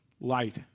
light